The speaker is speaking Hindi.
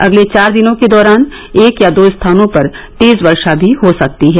अगले चार दिनों के दौरान एक या दो स्थानों पर तेज वर्षा भी हो सकती है